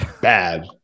bad